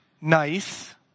nice